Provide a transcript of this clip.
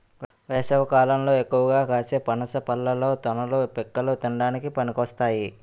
వేసవికాలంలో ఎక్కువగా కాసే పనస పళ్ళలో తొనలు, పిక్కలు తినడానికి పనికొస్తాయి